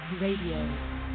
Radio